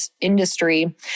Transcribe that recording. industry